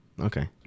Okay